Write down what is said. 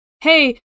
hey